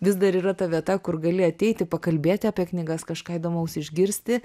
vis dar yra ta vieta kur gali ateiti pakalbėti apie knygas kažką įdomaus išgirsti